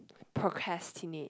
procrastinate